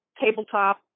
tabletop